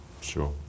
Sure